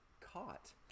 caught